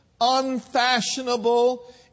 unfashionable